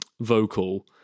vocal